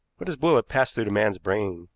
but his bullet passed through the man's brain,